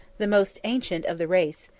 the most ancient of the race,